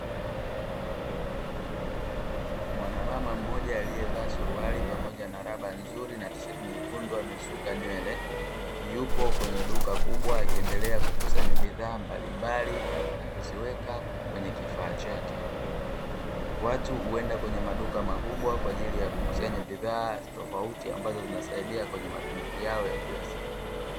Mwanamama mmoja, aliyevaa suruali pamoja na raba nzuri na tisheti nyekundu amesuka nywele, yupo kwenye duka kubwa akiendelea kukusanya bidhaa mbalimbali na kuziweka kwenye kifaa chake. Watu huenda kwenye maduka makubwa kwa ajili ya kukusanya bidhaa tofauti ambazo zinasaidia kwenye matumizi yao ya kila siku.